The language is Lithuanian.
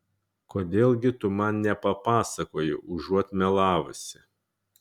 kodėl gi tu man nepapasakoji užuot melavusi